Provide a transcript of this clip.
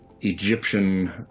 Egyptian